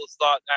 thought